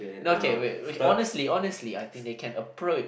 no okay wait honestly honestly I think they can approach